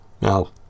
Now